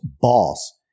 boss